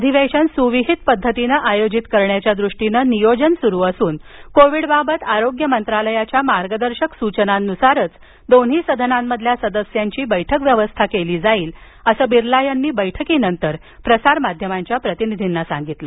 अधिवेशन सुविहित पद्धतीनं आयोजित करण्याच्या दृष्टीनं नियोजन सुरु असून कोविडबाबत आरोग्य मंत्रालयाच्या मार्गदर्शक सूचनांनुसारच दोन्ही सदनांमधील सदस्यांची बैठक व्यवस्था केली जाईल असं बिर्ला यांनी बैठकीनंतर प्रसारमाध्यमांच्या प्रतिनिधींना सांगितलं